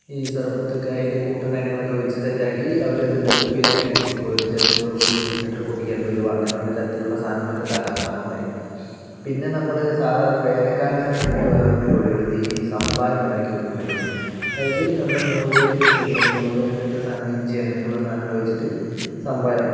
ഈ സർബത്തൊക്കെ ഈ കൂട്ടുംകാര്യങ്ങളുമൊക്കെ വെച്ച് സെറ്റ് ആക്കി അവരതു കുപ്പിലാക്കി വിൽക്കും ചിലപ്പോൾ ഒരു ലിറ്റർ കുപ്പിക്ക് അമ്പതു രൂപ അങ്ങനെ തരത്തിലുള്ള സാധനങ്ങളൊക്കെ ഉണ്ടാക്കാറുണ്ട് അമ്മമാര് പിന്നെ നമ്മള് സാധാരണ വേനൽക്കാലത്താണ് പിന്നെ വേറൊരു പരിപാടി ഉള്ളത് ഈ സംഭാരം ഉണ്ടാക്കി വിൽക്കുന്ന പരിപാടി അതായത് നമ്മളെ മോര് പൂവിൻ്റെ മുളക് അങ്ങനത്തെ സാധനം ഇഞ്ചി അങ്ങനയുള്ള സാധനങ്ങൾ വെച്ചിട്ട് സംഭാരം